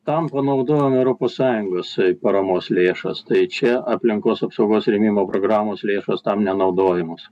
tam panaudojama europos sąjungos paramos lėšos tai čia aplinkos apsaugos rėmimo programos lėšos tam nenaudojamos